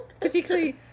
Particularly